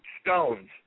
stones